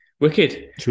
wicked